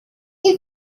you